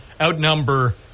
outnumber